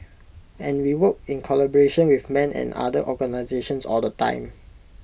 and we work in collaboration with men and other organisations all the time